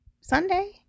Sunday